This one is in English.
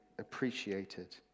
appreciated